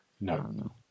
No